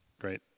Great